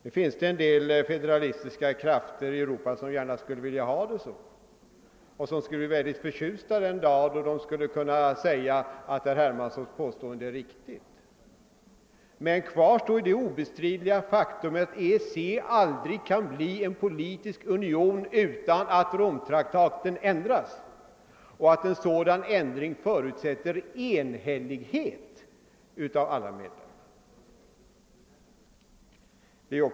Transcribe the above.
Det finns en del federalistiska krafter i Europa, som gärna skulle vilja ha det så och som skulle bli förtjusta den dag då de kan säga att herr Hermanssons påstående var riktigt. Men kvar står det obestridliga faktum att EEC aldrig kan bli en politisk union utan att Romtraktaten ändras och att en sådan ändring förut sätter enhällighet bland alla medlemmar.